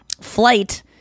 flight